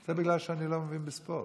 זה בגלל שאני לא מבין בספורט,